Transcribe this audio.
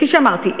כפי שאמרתי,